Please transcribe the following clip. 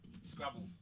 Scrabble